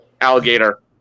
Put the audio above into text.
alligator